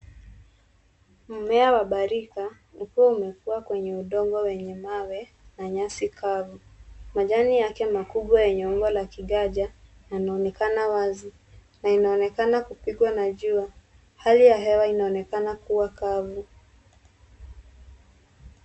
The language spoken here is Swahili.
Mmea wa mbarika ukiwa umekua kwenye udongo wenye mawe na nyasi kavu. Majani yake makubwa yenye umbo wa kiganja yanaonekana wazi na inaonekana kupigwa na jua. Hali ya hewa inaonekana kuwa kavu.